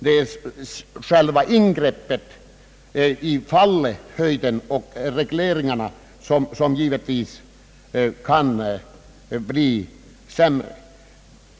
Det är själva ingreppet i fallhöjden och regleringarna, som givetvis blir till nackdel.